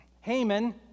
Haman